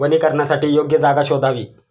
वनीकरणासाठी योग्य जागा शोधावी